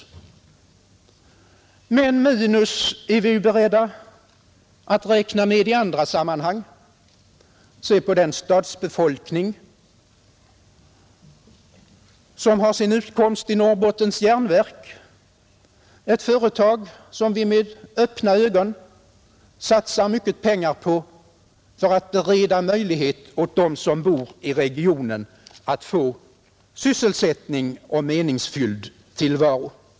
Men även i andra sammanhang är vi beredda att räkna med minus. Se på den stadsbefolkning som har sin utkomst vid Norrbottens järnverk, ett företag som vi med öppna ögon satsar mycket pengar på för att bereda möjlighet åt dem som bor i regionen att få sysselsättning och meningsfylld tillvaro.